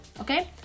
Okay